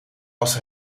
was